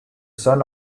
son